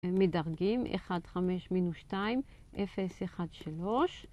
מדרגים 1, 5, מינוס 2, 0, 1, 3.